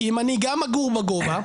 כי אם אני גם אגור בגובה,